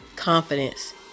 confidence